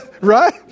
Right